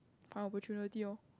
find opportunity loh